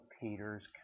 Peter's